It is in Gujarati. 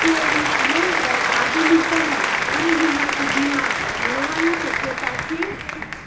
ચોવીસ મંત્ર કાબુલી ચણા આ મહિના સુધીમાં મળવાની શક્યતા છે